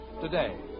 today